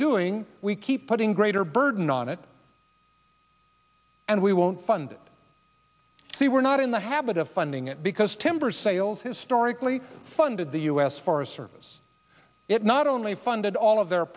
doing we keep putting greater burden on it and we won't fund it we were not in the habit of funding it because timber sales historically funded the u s forest service it not only funded all of their